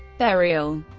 burial